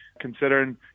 considering